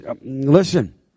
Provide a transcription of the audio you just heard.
listen